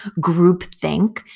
groupthink